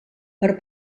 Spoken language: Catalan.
per